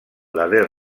darrer